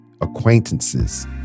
acquaintances